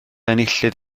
enillydd